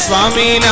Swami